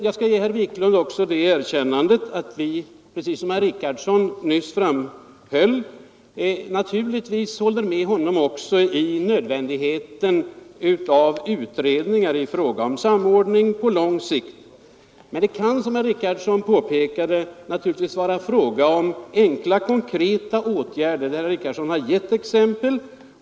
Jag skall också ge herr Wiklund det erkännandet att vi — precis som herr Richardson nyss framhöll — naturligtvis håller med honom om nödvändigheten av utredningar, när det gäller samordning på lång sikt. Men det kan — som herr Richardson påpekade och gav exempel på — givetvis vara fråga om enkla, konkreta åtgärder.